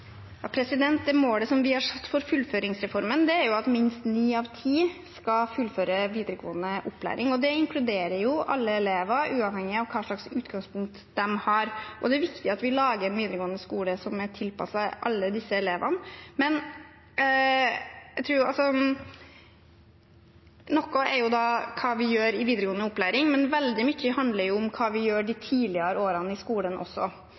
Det målet vi har satt for fullføringsreformen, er at minst ni av ti skal fullføre videregående opplæring. Det inkluderer alle elever, uavhengig av hva slags utgangspunkt de har. Det er viktig at vi lager en videregående skole som er tilpasset alle disse elevene. Noe er hva vi gjør i videregående opplæring, men veldig mye handler også om hva vi gjør de tidligere årene i skolen.